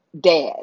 dad